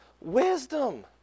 wisdom